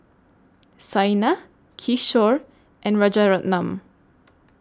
Saina Kishore and Rajaratnam